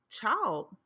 child